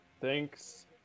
Thanks